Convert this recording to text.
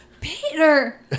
Peter